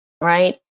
right